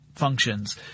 functions